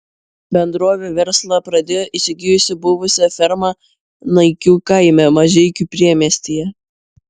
bendrovė verslą pradėjo įsigijusi buvusią fermą naikių kaime mažeikių priemiestyje